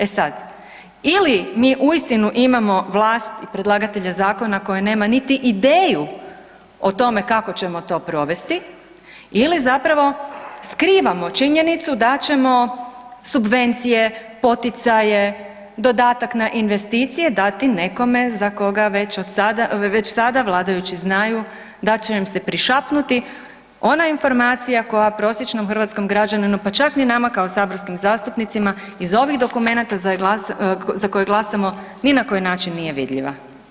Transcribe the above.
E sad, ili mi uistinu imamo vlast i predlagatelje zakona koji nema niti ideju o tome kako ćemo to provesti ili zapravo skrivamo činjenicu da ćemo subvencije, poticaje, dodatak na investicije, dati nekome za koga već od sada, već sada vladajući znaju da će im se prišapnuti ona informacija koja prosječnom hrvatskom građaninu, pa čak ni nama kao saborskim zastupnicima iz ovih dokumenata za koje glasamo ni na koji način nije vidljiva.